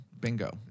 bingo